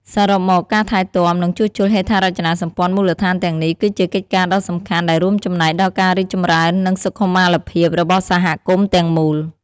សរុបមក ការថែទាំ និងជួសជុលហេដ្ឋារចនាសម្ព័ន្ធមូលដ្ឋានទាំងនេះ គឺជាកិច្ចការដ៏សំខាន់ដែលរួមចំណែកដល់ការរីកចម្រើន និងសុខុមាលភាពរបស់សហគមន៍ទាំងមូល។